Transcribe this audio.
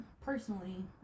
personally